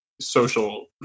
social